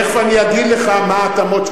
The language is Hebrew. תיכף אני אגיד לך מה ההתאמות.